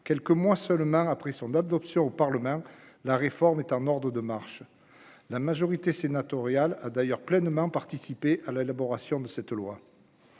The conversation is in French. quelques mois seulement après son adoption au Parlement la réforme est en ordre de marche, la majorité sénatoriale a d'ailleurs pleinement participé à l'élaboration de cette loi.